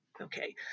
Okay